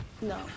No